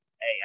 hey